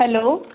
hello